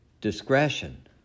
discretion